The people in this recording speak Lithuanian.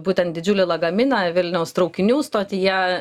būtent didžiulį lagaminą vilniaus traukinių stotyje